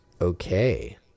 okay